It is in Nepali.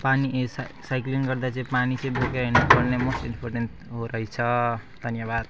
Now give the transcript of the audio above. पानी ए साइक्लिङ गर्दा चाहिँ पानी चाहिँ बोकेर हिँड्नुपर्ने मोस्ट इम्पोर्टेन्ट हो रहेछ धन्यवाद